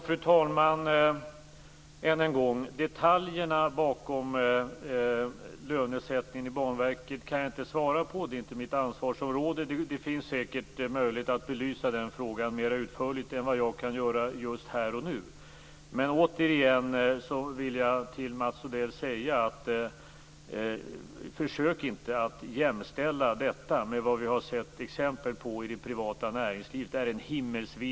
Fru talman! Än en gång: Frågan om detaljerna bakom lönesättningen i Banverket kan jag inte svara på. Det är inte mitt ansvarsområde. Det finns säkert möjlighet att belysa den frågan mer utförligt än vad jag kan göra just här och nu. Jag till återigen till Mats Odell säga: Försök inte att jämställa detta med vad vi har sett exempel på i det privata näringslivet.